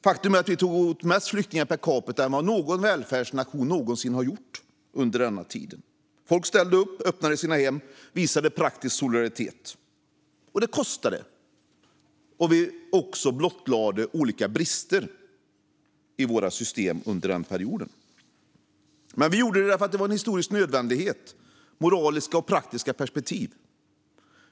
Faktum är att vi under denna tid tog emot fler flyktingar per capita än någon välfärdsnation någonsin gjort. Folk ställde upp, öppnade sina hem och visade praktisk solidaritet. Men det kostade på. Och det blottlade olika brister i våra system under den perioden. Vi gjorde det för att det var en historisk nödvändighet utifrån moraliska och praktiska perspektiv.